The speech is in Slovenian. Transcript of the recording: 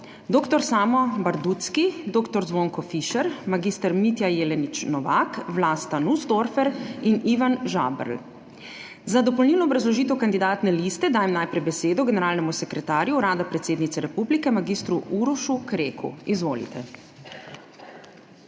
dr. Samo Bardutzky, dr. Zvonko Fišer, mag. Mitja Jelenič Novak, Vlasta Nussdorfer in Ivan Žaberl. Za dopolnilno obrazložitev kandidatne liste dajem najprej besedo generalnemu sekretarju Urada predsednice republike mag. Urošu Kreku. Izvolite.